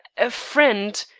a friend?